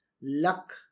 luck